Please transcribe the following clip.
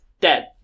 dead